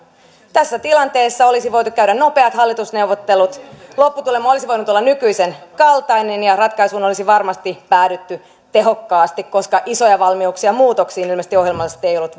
tässä tilanteessa olisi voitu käydä nopeat hallitusneuvottelut lopputulema olisi voinut olla nykyisen kaltainen ja ratkaisuun olisi varmasti päädytty tehokkaasti koska isoja valmiuksia ja halua muutoksiin ilmeisesti ohjelmallisesti ei ollut